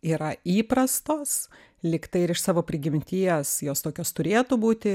yra įprastos lygtai ir iš savo prigimties jos tokios turėtų būti